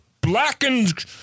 blackened